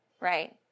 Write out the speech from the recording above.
right